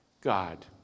God